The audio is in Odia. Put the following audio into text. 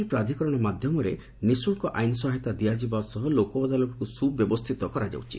ଏହି ପ୍ରାଧିକରଣ ମାଧ୍ଧମରେ ନିଶୁଳ୍କ ଆଇନ୍ ସହାୟତା ଦିଆଯିବା ସହ ଲୋକଅଦାଲତଗୁଡ଼ିକୁ ମଧ୍ଧ ସୁବ୍ୟବସ୍ଷିତ କରାଯାଉଛି